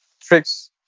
tricks